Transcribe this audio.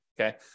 okay